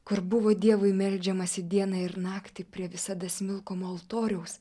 kur buvo dievui meldžiamasi dieną ir naktį prie visada smilkomo altoriaus